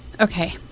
okay